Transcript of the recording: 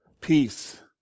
peace